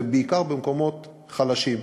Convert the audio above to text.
בעיקר במקומות חלשים.